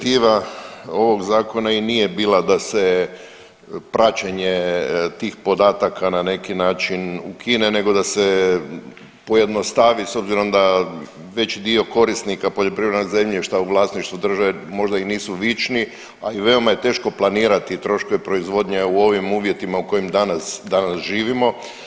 Inicijativa ovog zakona i nije bila da se praćenje tih podataka na neki način ukine, nego da se pojednostavi s obzirom da veći dio korisnika poljoprivrednog zemljišta u vlasništvu države možda i nisu vični, a i veoma je teško planirati troškove proizvodnje u ovim uvjetima u kojim danas živimo.